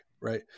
right